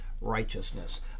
righteousness